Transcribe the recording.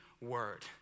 word